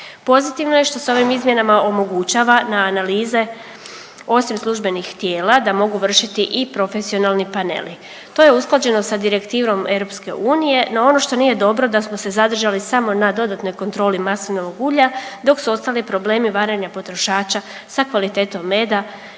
Pozitivno je što se ovim izmjenama omogućava na analize osim službenih tijela da mogu vršiti i profesionalni paneli. To je usklađeno sa direktivom EU, no ono što nije dobro da smo se zadržali samo na dodatnoj kontroli maslinovog ulja dok su ostali problemi varanja potrošača sa kvalitetom meda